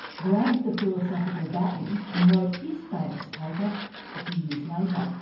grabbed the philosophical baton and wrote his famous paper a few years later,